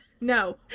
No